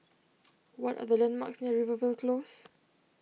what are the landmarks near Rivervale Close